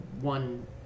one